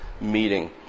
meeting